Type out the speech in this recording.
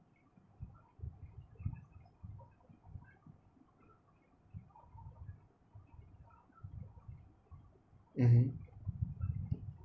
mmhmm